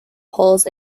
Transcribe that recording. poles